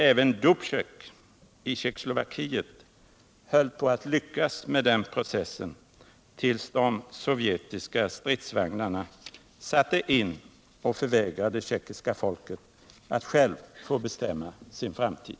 Även Dubéek i Tjeckoslovakien höll på att lyckas med den processen, tills de sovjetiska stridsvagnarna satte in och förvägrade det tjeckiska folket att självt bestämma sin framtid.